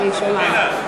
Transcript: אני שומעת.